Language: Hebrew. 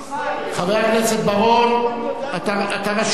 חבר הכנסת בר-און, אתה רשום.